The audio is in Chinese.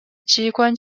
机关